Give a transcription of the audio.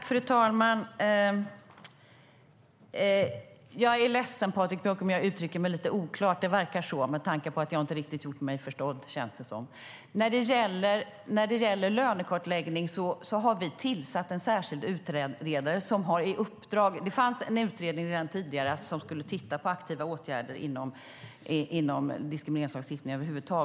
Fru talman! Jag är ledsen, Patrik Björck, om jag uttrycker mig lite oklart. Det verkar så, med tanke på att jag inte riktigt har gjort mig förstådd, som det känns som. När det gäller lönekartläggning har vi tillsatt en särskild utredare. Det fanns redan tidigare en utredning som skulle titta på aktiva åtgärder inom diskrimineringslagstiftningen över huvud taget.